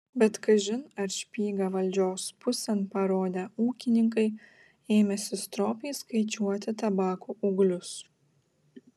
bet kažin ar špygą valdžios pusėn parodę ūkininkai ėmėsi stropiai skaičiuoti tabako ūglius